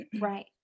Right